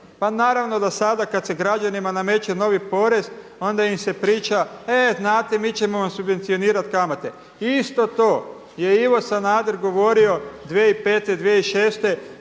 pa naravno da sada kada se građanima nameće novi porez onda im se priča e znate mi ćemo vam subvencionirati kamate, isto to je Ivo Sanader govorio 2005., 2006.